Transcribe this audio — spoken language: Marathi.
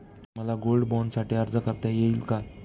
मला गोल्ड बाँडसाठी अर्ज करता येईल का?